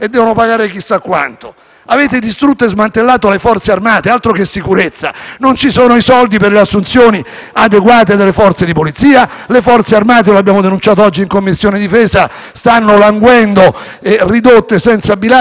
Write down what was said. Avete distrutto e smantellato le Forze armate: altro che sicurezza. Non ci sono i soldi per assunzioni adeguate nelle Forze di polizia. Le Forze armate - lo abbiamo denunciato oggi in Commissione difesa - stanno languendo e sono ridotte senza risorse in bilancio. E vedremo, dopo il ritorno